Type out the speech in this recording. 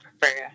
prefer